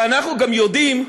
ואנחנו גם יודעים,